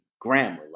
grammar